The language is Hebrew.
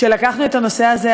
שלקחנו את הנושא הזה.